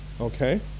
Okay